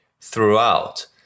throughout